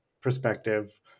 perspective